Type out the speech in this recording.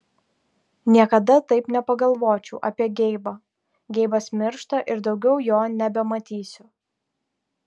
niekada taip nepagalvočiau apie geibą geibas miršta ir daugiau jo nebematysiu